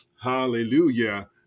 Hallelujah